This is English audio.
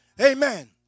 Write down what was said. Amen